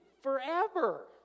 forever